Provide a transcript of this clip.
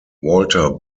walter